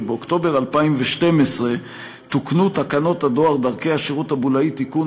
ובאוקטובר 2012 תוקנו תקנות הדואר (דרכי השירות הבולאי) (תיקון),